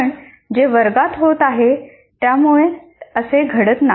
पण जे वर्गात होत आहे त्यामुळे असे घडत नाही